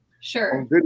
Sure